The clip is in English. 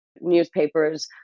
newspapers